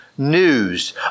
news